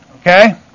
Okay